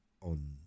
On